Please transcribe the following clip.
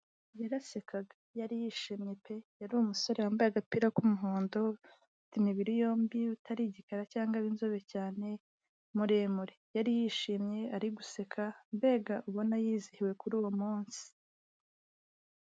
Yarasekaga, yari yishimye pe. Yari umusore wambaye agapira k'umuhondo, afite imibiri yombi, utari igikara cyangwa inzobe cyane, muremure. Yari yishimye ari guseka mbega ubona yizihiwe kuri uwo munsi.